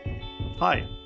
Hi